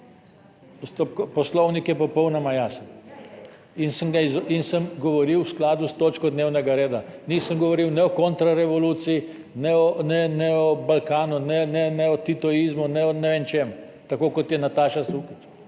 Poslovnik je popolnoma jasen in sem ga in sem govoril v skladu s točko dnevnega reda. Nisem govoril ne o kontrarevoluciji ne o Balkanu, ne, ne, ne o titoizmu ne o ne vem čem, tako kot je Nataša Sukič